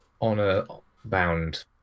honor-bound